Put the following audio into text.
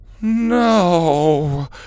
No